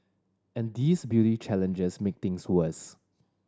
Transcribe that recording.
and these beauty challenges make things worse